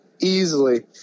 easily